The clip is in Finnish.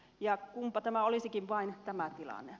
ja kunpa tämä olisikin vain tämä tilanne